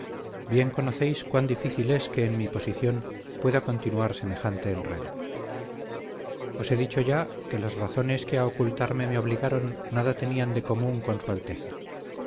bien conocéis cuán difícil es que en mi posición pueda continuar semejante enredo os he dicho ya que las razones que a ocultarme me obligaron nada tenían de común con su alteza